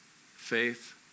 faith